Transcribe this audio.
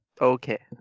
Okay